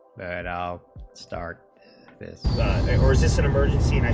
and i'll start this this and ah i